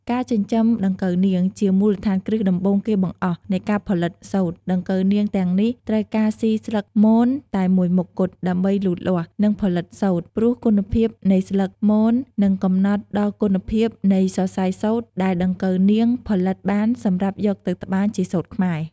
ការចិញ្ចឹមដង្កូវនាង ជាមូលដ្ឋានគ្រឹះដំបូងគេបង្អស់នៃការផលិតសូត្រ ដង្កូវនាងទាំងនេះត្រូវការស៊ីស្លឹកមនតែមួយមុខគត់ដើម្បីលូតលាស់ និងផលិតសូត្រ ព្រោះគុណភាពនៃស្លឹកមននឹងកំណត់ដល់គុណភាពនៃសរសៃសូត្រដែលដង្កូវនាងផលិតបានសម្រាប់យកទៅត្បាញជាសូត្រខ្មែរ។